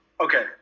Okay